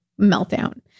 meltdown